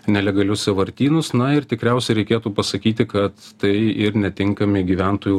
nelegalius sąvartynus na ir tikriausia reikėtų pasakyti kad tai ir netinkami gyventojų